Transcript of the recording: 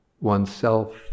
oneself